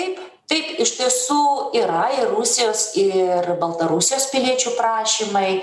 taip taip iš tiesų yra ir rusijos ir baltarusijos piliečių prašymai